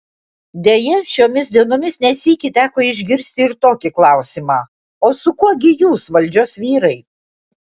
deja šiomis dienomis ne sykį teko išgirsti ir tokį klausimą o su kuo gi jūs valdžios vyrai